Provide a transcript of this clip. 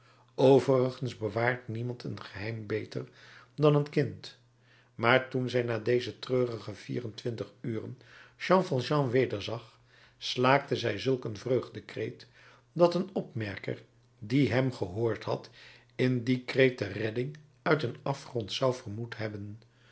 overigens bewaart niemand een geheim beter dan een kind maar toen zij na deze treurige vier-en-twintig uren jean valjean wederzag slaakte zij zulk een vreugdekreet dat een opmerker die hem gehoord had in dien kreet de redding uit een afgrond zou vermoed hebben